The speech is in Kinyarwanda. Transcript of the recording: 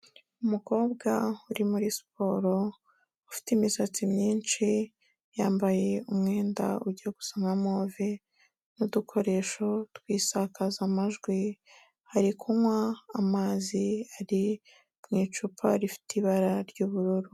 Umukobwa uri muri siporo, ufite imisatsi myinshi, yambaye umwenda ujya gusa nka move n'udukoresho tw'isakazamajwi, ari kunywa amazi ari mu icupa rifite ibara ry'ubururu.